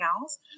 else